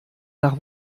nach